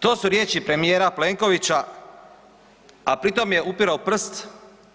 To su riječi premijera Plenkovića a pri tom je upirao prst